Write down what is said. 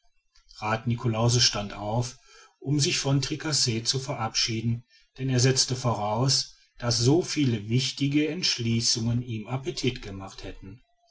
rath niklausse stand auf um sich von tricasse zu verabschieden denn er setzte voraus daß so viele wichtige entschließungen ihm appetit gemacht hätten